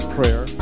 Prayer